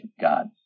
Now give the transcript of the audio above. God